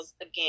Again